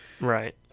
Right